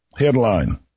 Headline